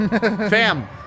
Fam